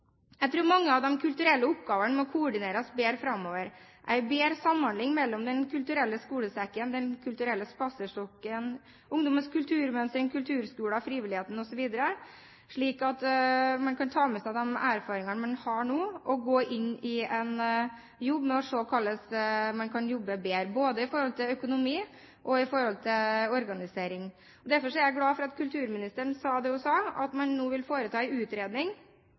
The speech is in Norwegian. samhandling mellom Den kulturelle skolesekken, Den kulturelle spaserstokken, Ungdommens kulturmønstring, kulturskoler, frivilligheten osv., slik at man kan ta med seg de erfaringene man har nå, og se på hvordan man kan jobbe bedre, både i forhold til økonomi og i forhold til organisering. Derfor er jeg glad for at kulturministeren sa det hun sa, at man nå vil foreta en utredning